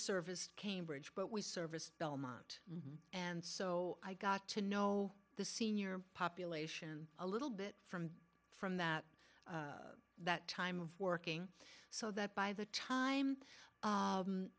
serviced cambridge but we service belmont and so i got to know the senior population a little bit from from that that time of working so that by the time